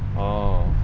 oh